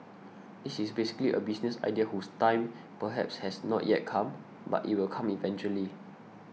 this is basically a business idea whose time perhaps has not yet come but it will come eventually